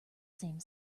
same